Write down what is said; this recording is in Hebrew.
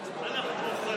אנחנו,